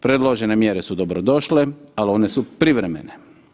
Predložene mjere su dobrodošle, ali one su privremen.